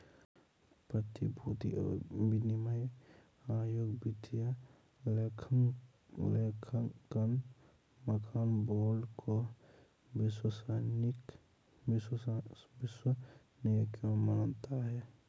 प्रतिभूति और विनिमय आयोग वित्तीय लेखांकन मानक बोर्ड को विश्वसनीय क्यों मानता है?